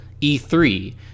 E3